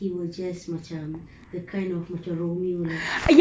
he will just macam the kind of macam romeo